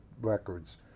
records